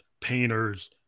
painters